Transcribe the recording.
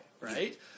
right